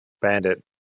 bandit